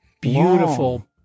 beautiful